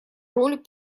роль